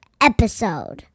episode